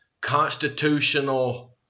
constitutional